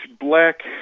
black